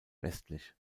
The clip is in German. westlich